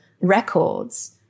records